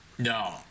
No